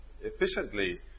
efficiently